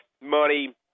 money